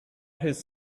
his